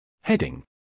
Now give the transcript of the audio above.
Heading